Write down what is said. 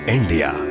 India